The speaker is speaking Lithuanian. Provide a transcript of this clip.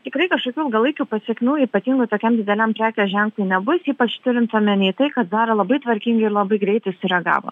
tikrai kažkokių ilgalaikių pasekmių ypatingų tokiam dideliam prekės ženk nebus ypač turint omeny į tai kad dar labai tvarkingai ir labai greitai sureagavo